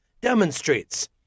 demonstrates